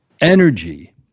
energy